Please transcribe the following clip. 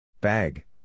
Bag